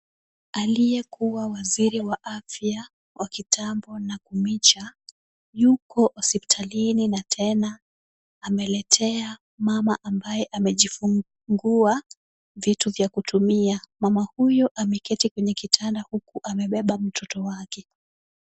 Aliyekuwa waziri wa afya wa kitambo Nakumicha yuko hospitalini na tena ameletea mama ambaye amejifungua vitu vya kutumia. Mama huyo ameketi kwenye kitanda huku amebeba mtoto wake.